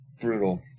brutal